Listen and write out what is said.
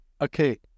Okay